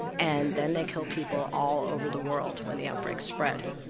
and then they kill people all over the world when the outbreaks spread.